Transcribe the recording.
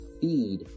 feed